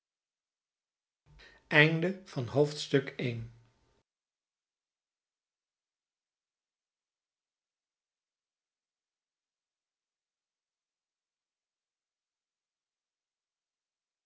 einde van het